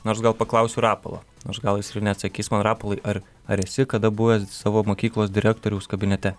nors gal paklausiu rapolo nors gal jis ir neatsakys man rapolai ar ar esi kada buvęs savo mokyklos direktoriaus kabinete